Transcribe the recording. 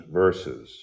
verses